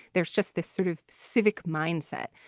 there's just this sort of civic mindset.